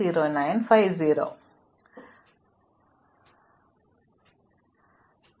അതിനാൽ നിങ്ങൾക്ക് നിരീക്ഷിക്കാൻ കഴിയുന്ന ഒരു കാര്യം ഈ മാട്രിക്സിലെ മിക്ക എൻട്രികളും യഥാർത്ഥത്തിൽ 0 ആണ്